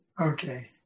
Okay